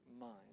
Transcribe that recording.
mind